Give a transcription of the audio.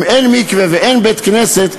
אם אין מקווה ואין בית-כנסת,